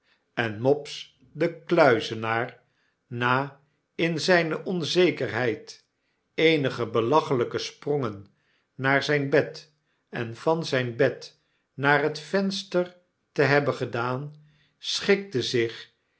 en mopes de kluizenaar na in zgne onzekerheid eenige belachelpe sprongen naar zyn bed en van zjjn bed naar het venster te hebben gedaan schikte zich